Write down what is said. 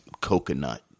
Coconut